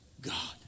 god